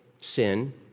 sin